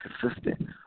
consistent